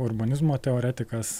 urbanizmo teoretikas